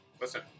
Listen